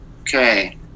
Okay